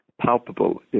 palpable